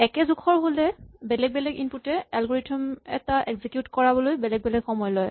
একে জোখৰ হ'লে বেলেগ বেলেগ ইনপুট এ এলগৰিথম এটা এক্সিকিউট কৰাবলৈ বেলেগ বেলেগ সময় লয়